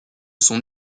son